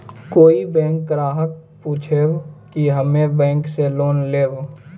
कोई बैंक ग्राहक पुछेब की हम्मे बैंक से लोन लेबऽ?